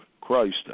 Christ